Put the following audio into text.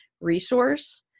resource